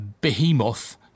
behemoth